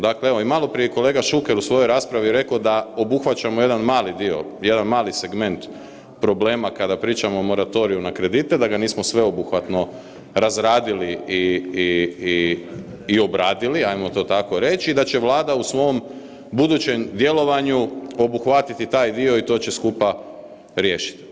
Dakle evo i maloprije je kolega Šuker u svojoj raspravi rekao da obuhvaćamo jedan mali dio, jedan mali segment problema kada pričamo o moratoriju na kredite, da ga nismo sveobuhvatno razradili i obradili, hajmo to rako reći i da će Vlada u svom budućem djelovanju obuhvatiti taj dio i to će skupa riješiti.